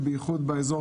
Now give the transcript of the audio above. ובייחוד באזור